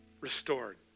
Restored